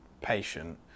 patient